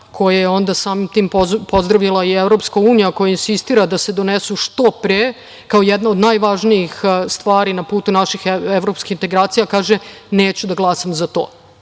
koje je onda samim tim pozdravila i EU, koja insistira da se donesu što pre kao jedna od najvažnijih stvari na putu naših evropskih integracija, kaže – neću da glasam za to.